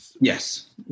Yes